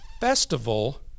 festival